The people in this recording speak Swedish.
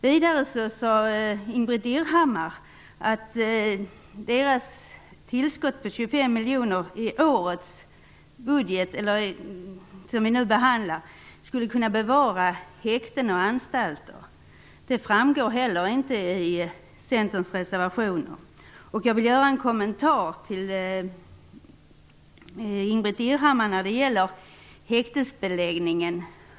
Vidare sade Ingbritt Irhammar att Centerns tillskott på 25 miljoner i den budget som vi nu behandlar skulle kunna göra att häkten och anstalter bevaras. Det framgår inte i Centerns reservation. Jag vill kommentera det Ingbritt Irhammar sade om häktesbeläggningen.